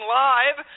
live